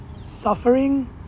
suffering